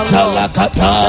Salakata